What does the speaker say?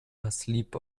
asleep